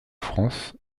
france